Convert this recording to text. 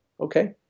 okay